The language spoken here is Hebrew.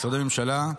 משרדי ממשלה,